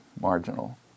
marginal